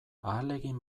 ahalegin